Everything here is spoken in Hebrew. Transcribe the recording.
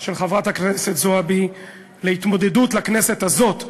של חברת הכנסת זועבי להתמודדות לכנסת הזאת,